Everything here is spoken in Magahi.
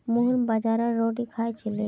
मोहन बाजरार रोटी खा छिले